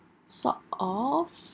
sort of